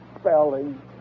spelling